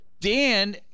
Dan